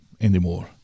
anymore